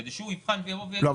כדי שהוא יבחן ויגיד --- לא,